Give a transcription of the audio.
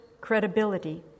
credibility